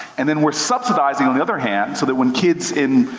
and then we're subsidizing on the other hand, so that when kids in,